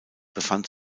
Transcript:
befand